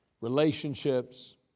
relationships